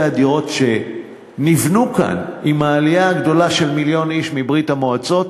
הדירות שנבנו כאן בזמן העלייה הגדולה של מיליון איש מברית-המועצות,